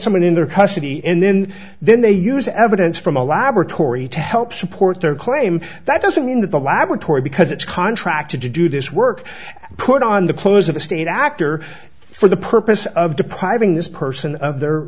someone in their custody and then then they use evidence from a laboratory to help support their claim that doesn't mean that the laboratory because it's contracted to do this work put on the clothes of a state actor for the purpose of depriving this person of their